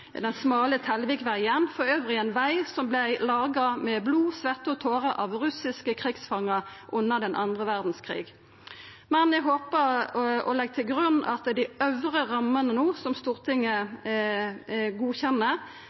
den smale Tellevikveien – dessutan ein veg som vart laga med blod, sveitte og tårer av russiske krigsfangar under den andre verdskrigen. Eg håpar og legg til grunn at det i dei øvre rammene som Stortinget no godkjenner,